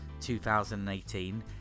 2018